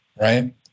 right